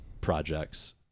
projects